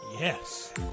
Yes